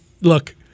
look –